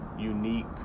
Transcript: unique